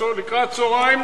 לקראת צהריים,